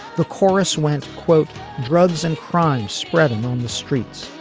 the chorus went quote drugs and crime spreading on the streets.